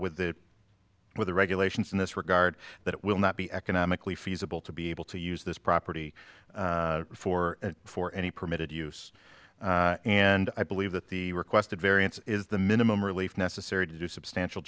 with the with the regulations in this regard that it will not be economically feasible to be able to use this property for for any permitted use and i believe that the requested variance is the minimum relief necessary to do substantial